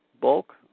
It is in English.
bulk